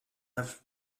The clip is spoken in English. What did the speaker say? have